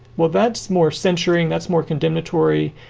well, that's more censoring. that's more condemnatory.